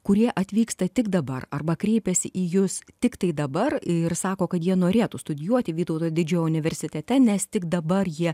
kurie atvyksta tik dabar arba kreipiasi į jus tiktai dabar ir sako kad jie norėtų studijuoti vytauto didžiojo universitete nes tik dabar jie